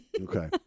okay